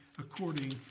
according